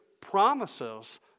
promises